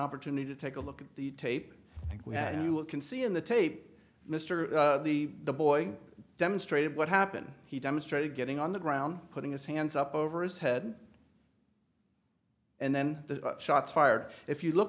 opportunity to take a look at the tape and we can see in the tape mr the boy demonstrated what happened he demonstrated getting on the ground putting his hands up over his head and then the shots fired if you look